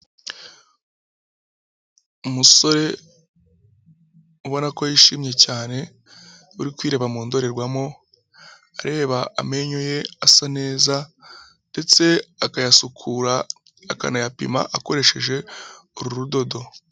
Umusore ubona ko yishimye cyane, uri kwireba mu ndorerwamo areba amenyo ye asa neza ndetse akayasukura, akanayapima akoresheje uru rudodo.